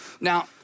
Now